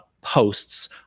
posts